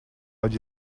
would